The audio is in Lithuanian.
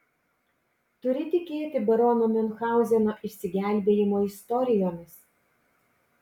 turi tikėti barono miunchauzeno išsigelbėjimo istorijomis